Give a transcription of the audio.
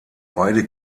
beide